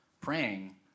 praying